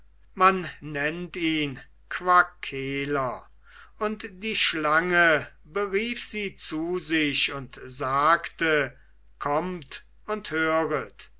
man nennt ihn quackeler und die schlange berief sie zu sich und sagte kommt und höret